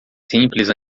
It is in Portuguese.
simples